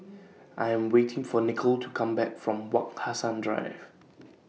I Am waiting For Nicole to Come Back from Wak Hassan Drive